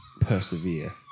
persevere